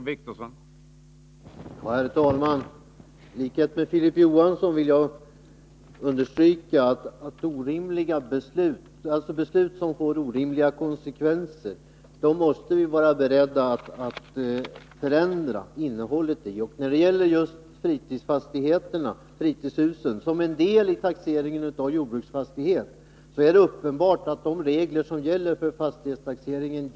Herr talman! I likhet med Filip Johansson vill jag understryka att vi måste vara beredda att ändra beslut som får orimliga konsekvenser. Det är uppenbart att de regler som gäller för taxeringen av jordbruksfastighet ger ett orimligt resultat när det gäller fritidshusen.